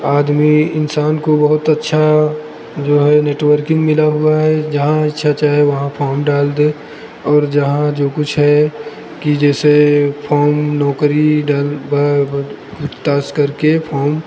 आदमी इंसान को बहुत अच्छा जो है नेटवर्किंग मिला हुआ है जहाँ इच्छा चाहे वहाँ फॉर्म डाल दे और जहाँ जो कुछ है कि जैसे फॉर्म नौकरी डा व तास करके फॉर्म